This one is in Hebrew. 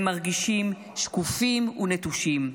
הם מרגישים שקופים ונטושים.